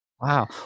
Wow